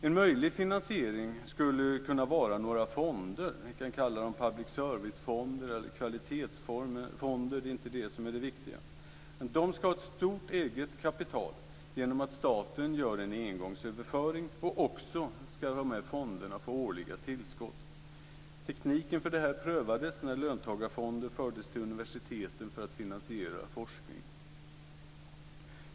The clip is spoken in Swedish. En möjlig finansiering skulle kunna vara några fonder, kalla dem public service-fonder eller kvalitetsfonder, det är inte det viktiga. De ska ha ett stort eget kapital genom att staten gör en engångsöverföring och också genom årliga tillskott. Tekniken för detta prövades när löntagarfonder fördes till universiteten för att finansiera forskning.